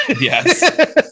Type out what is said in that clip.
Yes